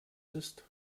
ist